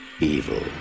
Evil